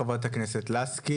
חברת הכנסת לסקי,